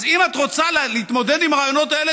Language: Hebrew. אז אם את רוצה להתמודד עם הרעיונות האלה,